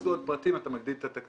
שנכנסו עוד פרטים אתה מגדיל את התקציב,